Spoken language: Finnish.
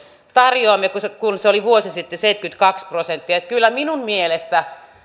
tarjoamia työpaikkoja kun se oli vuosi sitten seitsemänkymmentäkaksi prosenttia eli kyllä minun mielestäni